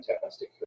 fantastic